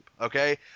okay